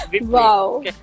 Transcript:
Wow